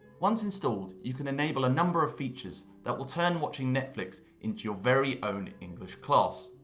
once installed you can enable a number of features that will turn watching netflix into your very own english class